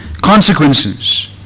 consequences